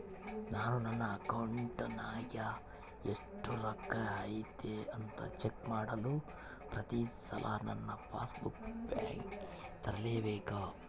ನಾನು ನನ್ನ ಅಕೌಂಟಿನಾಗ ಎಷ್ಟು ರೊಕ್ಕ ಐತಿ ಅಂತಾ ಚೆಕ್ ಮಾಡಲು ಪ್ರತಿ ಸಲ ನನ್ನ ಪಾಸ್ ಬುಕ್ ಬ್ಯಾಂಕಿಗೆ ತರಲೆಬೇಕಾ?